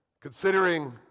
Considering